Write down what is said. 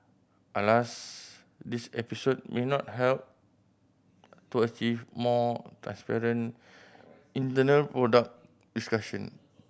alas this episode may not help to achieve more transparent internal product discussion